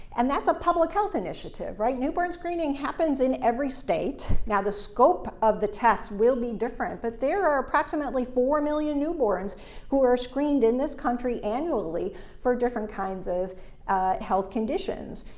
and that's a public health initiative, right? newborn screening happens in every state. now, the scope of the tests will be different, but there are approximately four million newborns who are screened in this country annually for different kinds of health conditions.